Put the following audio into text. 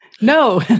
No